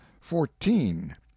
fourteen